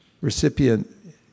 recipient